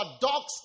dogs